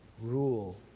rule